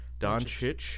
Doncic